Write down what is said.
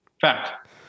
Fact